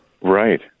Right